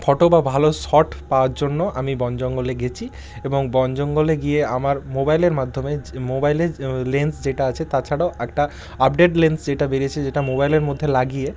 photo বা ভালো shot পাওয়ার জন্য আমি বন জঙ্গলে গেছি এবং বন জঙ্গলে গিয়ে আমার মোবাইলের মাধ্যমে যে মোবাইলে লেন্স যেটা আছে তাছাড়াও একটা আপডেট লেন্স যেটা বেরিয়েছে যেটা মোবাইলের মধ্যে লাগিয়ে